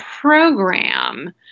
program